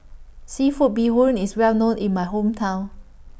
Seafood Bee Hoon IS Well known in My Hometown